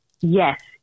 Yes